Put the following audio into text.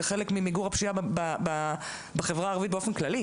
זה חלק ממיגור הפשיעה בחברה הערבית באופן כללי